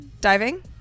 Diving